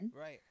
Right